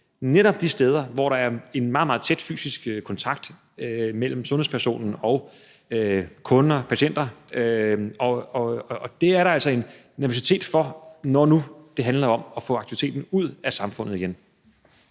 netop de steder, hvor der er en meget, meget tæt fysisk kontakt mellem sundhedspersonen og kunder, patienter. Og det er der altså en nervøsitet for, når nu det handler om at få aktiviteten ud af samfundet igen.